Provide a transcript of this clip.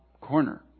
corner